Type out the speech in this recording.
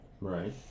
Right